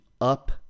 up